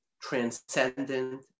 transcendent